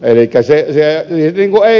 ei onnistu mikään